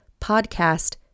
podcast